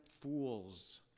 fools